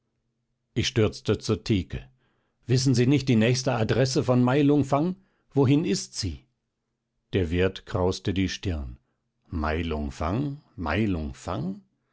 ich stürzte zur theke wissen sie nicht die nächste adresse von mai lung fang wohin ist sie der wirt krauste die stirn mai lung fang mai lung fang